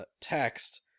text